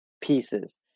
pieces